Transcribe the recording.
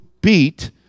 beat